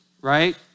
Right